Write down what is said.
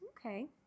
Okay